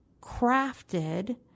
crafted